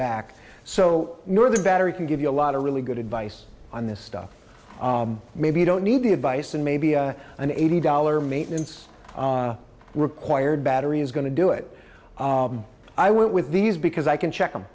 back so near the battery can give you a lot of really good advice on this stuff maybe you don't need the advice and maybe an eighty dollars maintenance required battery is going to do it i went with these because i can check